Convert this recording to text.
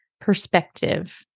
perspective